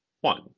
One